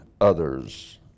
others